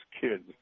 kids